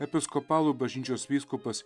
episkopalų bažnyčios vyskupas